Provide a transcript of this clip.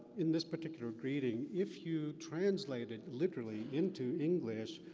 in this particular greeting, if you translate it literally into english,